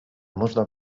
można